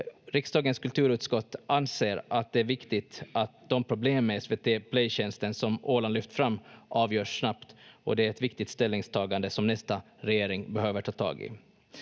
Riksdagens kulturutskott anser att det är viktigt att de problem med SVT Play-tjänsten som Åland lyft fram avgörs snabbt, och det är ett viktigt ställningstagande som nästa regering behöver ta tag i.